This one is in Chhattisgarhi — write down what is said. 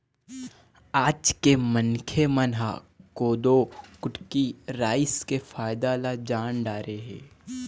आज के मनखे मन ह कोदो, कुटकी, राई के फायदा ल जान डारे हे